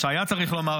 מה שהיה צריך לומר,